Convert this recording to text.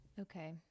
okay